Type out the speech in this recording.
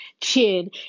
chin